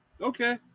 Okay